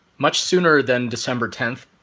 much sooner than december tenth,